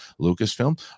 Lucasfilm